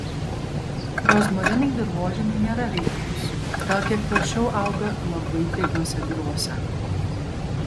rozmarinai dirvožemiui nėra reiklūs gal kiek prasčiau auga labai drėgnose dirvose